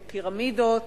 בפירמידות,